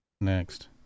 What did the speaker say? Next